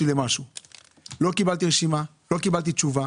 לא קיבלתי רשימה, לא קיבלתי תשובה